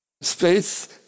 space